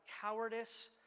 cowardice